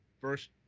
first